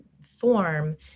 form